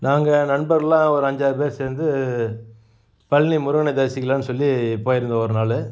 நாங்கள் நண்பர்லாம் ஒரு அஞ்சாறு பேர் சேர்ந்து பழனி முருகனை தரிசிக்கலாம் சொல்லி போயிருந்தோம் ஒருநாள்